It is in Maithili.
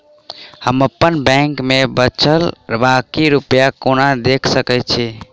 हम अप्पन बैंक मे बचल बाकी रुपया केना देख सकय छी?